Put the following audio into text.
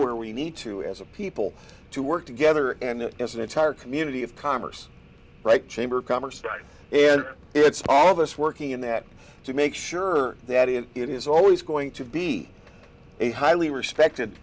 where we need to as a people to work together and as an entire community of commerce right chamber of commerce and it's all of us working in that to make sure that it is always going to be a highly respected